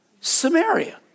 Samaria